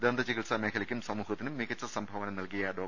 ദന്ത ചികിത്സാ മേഖലക്കും സമൂഹ ത്തിനും മികച്ച സംഭാവന നൽകിയ ഡോ